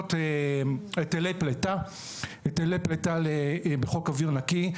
תקנות היטלי פליטה בחוק אוויר נקי.